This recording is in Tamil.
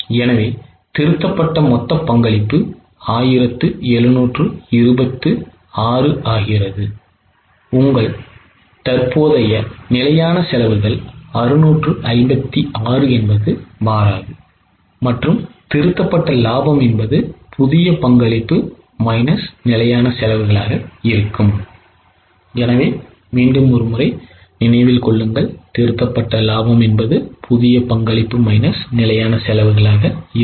எனவே திருத்தப்பட்ட மொத்த பங்களிப்பு 1726 ஆகிறது உங்கள் தற்போதைய நிலையான செலவுகள் 656 என்பது மாறாது மற்றும் திருத்தப்பட்ட லாபம் என்பது புதிய பங்களிப்பு மைனஸ் நிலையான செலவுகளாக இருக்கும்